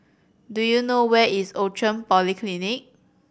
do you know where is Outram Polyclinic